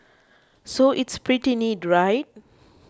so it's pretty neat right